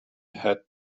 had